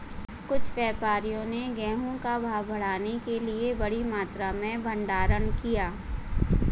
कुछ व्यापारियों ने गेहूं का भाव बढ़ाने के लिए बड़ी मात्रा में भंडारण किया